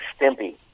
Stimpy